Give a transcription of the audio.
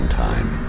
time